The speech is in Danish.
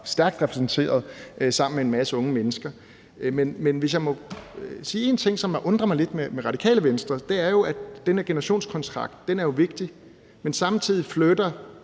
stærkt repræsenteret sammen med en masse unge mennesker. Hvis jeg må sige en ting, som jeg undrer mig lidt over i forhold til Radikale Venstre, så handler det om, at den her generationskontrakt jo er vigtig, men samtidig flirter